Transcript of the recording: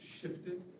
shifted